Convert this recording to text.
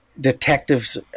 detectives